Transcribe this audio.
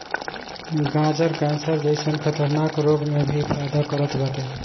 गाजर कैंसर जइसन खतरनाक रोग में भी फायदा करत बाटे